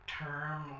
term